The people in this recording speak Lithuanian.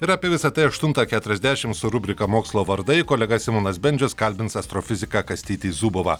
ir apie visa tai aštuntą keturiasdešimt su rubrika mokslo vardai kolega simonas bendžius kalbins astrofiziką kastytį zubovą